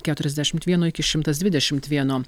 keturiasdešimt vieno iki šimtas dvidešimt vieno